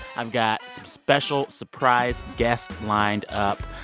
i've got some special surprise guests lined up.